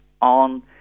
on